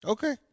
Okay